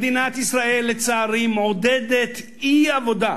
מדינת ישראל, לצערי, מעודדת אי-עבודה.